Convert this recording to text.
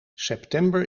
september